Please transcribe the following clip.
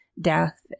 death